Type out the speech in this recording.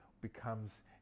becomes